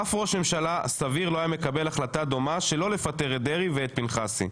אף ראש ממשלה סביר לא היה מקבל החלטה דומה שלא לפטר את דרעי ואת פנחסי.